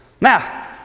Now